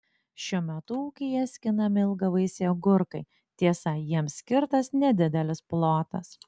šiuo metu ūkyje skinami ilgavaisiai agurkai tiesa jiems skirtas nedidelis plotas